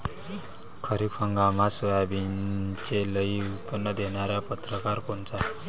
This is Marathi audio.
खरीप हंगामात सोयाबीनचे लई उत्पन्न देणारा परकार कोनचा?